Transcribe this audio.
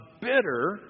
bitter